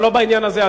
אבל לא בעניין הזה.